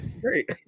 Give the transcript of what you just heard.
great